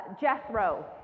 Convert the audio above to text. Jethro